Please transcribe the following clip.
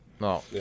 No